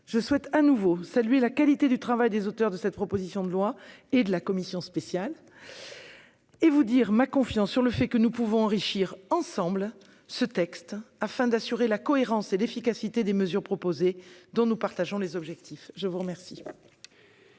je souhaite saluer de nouveau la qualité du travail des auteurs de la proposition de loi et de la commission spéciale, et vous dire ma confiance sur le fait que nous pouvons enrichir ensemble ce texte afin d'assurer la cohérence et l'efficacité des mesures proposées, dont nous partageons les objectifs. La parole